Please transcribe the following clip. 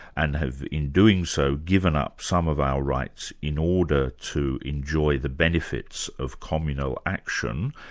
and have in doing so given up some of our rights in order to enjoy the benefits of communal action,